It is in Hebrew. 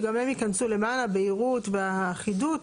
שגם הם ייכנסו למען הבהירות והאחידות,